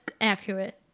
accurate